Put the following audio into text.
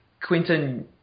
Quentin